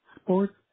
sports